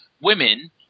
women